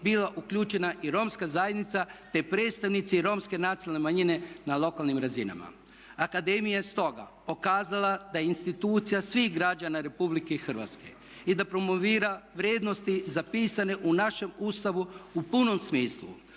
bila uključena i romska zajednica te predstavnici Romske nacionalne manjine na lokalnim razinama. Akademija je stoga pokazala da je institucija svih građana Republike Hrvatske i da promovira vrijednosti zapisane u našem Ustavu u punom smislu.